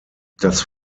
das